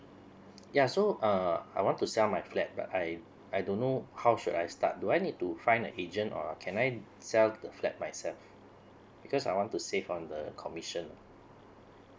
yeah so uh I want to sell my flat but I I don't know how should I start do I need to find a agent uh can I sell the flat myself because I want to save on the commission